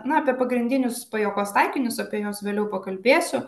na apie pagrindinius pajuokos taikinius apie juos vėliau pakalbėsiu